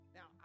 Now